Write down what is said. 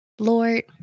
Lord